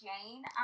Jane